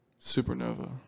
Supernova